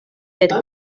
sed